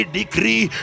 decree